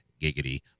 Giggity